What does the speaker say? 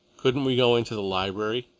couldn't we go into the library?